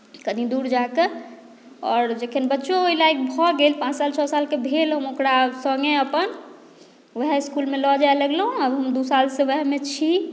कनि दूर जा कऽ आओर जखन बच्चो ओहि लायक भऽ गेल पाँच साल छओ सालके भेल हम ओकरा सङ्गे अपन उएह इस्कुलमे लऽ जाए लगलहुँ आ हम दू सालसँ उएहमे छी